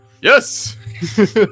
Yes